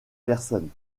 personnes